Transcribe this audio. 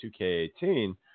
2K18